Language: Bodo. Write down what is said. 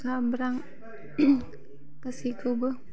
सामब्राम गासैखौबो